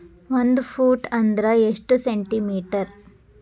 ಒಂದು ಫೂಟ್ ಅಂದ್ರ ಎಷ್ಟು ಸೆಂಟಿ ಮೇಟರ್?